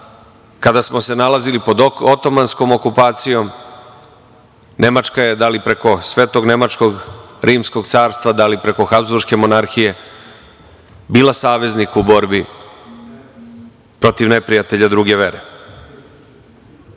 kada smo se nalazili pod otomanskom okupacijom Nemačka je da li preko Svetog nemačko-rimskog carstva, da li preko Habzburške monarhije bila saveznik u borbi protiv neprijatelja druge vere.